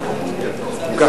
אם כך,